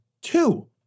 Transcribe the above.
two